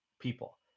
people